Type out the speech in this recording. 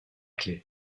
clef